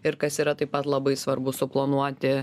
ir kas yra taip pat labai svarbu suplanuoti